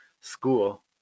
school